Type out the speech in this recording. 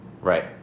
Right